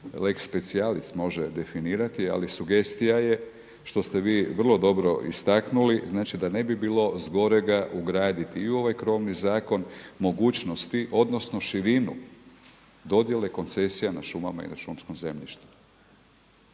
lex specialis može definirati ali sugestija je što ste vi vrlo dobro istaknuli, znači da ne bi bilo zgorega ugraditi i u ovaj krovni zakon mogućnosti odnosno širinu dodjele koncesija na šumama i na šumskom zemljištu.